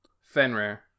Fenrir